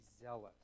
zealous